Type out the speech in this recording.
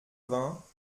vingts